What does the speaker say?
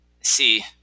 see